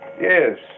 Yes